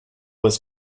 was